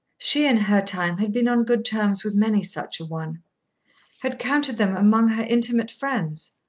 she, in her time, had been on good terms with many such a one had counted them among her intimate friends,